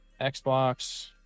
Xbox